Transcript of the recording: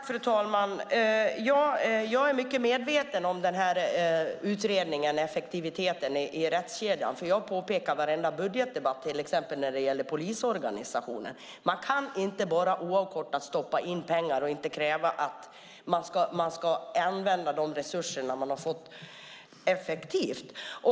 Fru talman! Jag är mycket medveten om utredningen om effektiviteten i rättskedjan. Jag har i varenda budgetdebatt påpekat till exempel när det gäller polisorganisationen att det inte går att bara oavkortat stoppa in pengar och inte kräva att man ska använda de resurser man har fått effektivt.